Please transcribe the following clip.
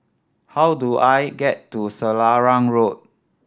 how do I get to Selarang Road